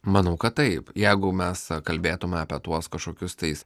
manau kad taip jeigu mes kalbėtume apie tuos kažkokius tais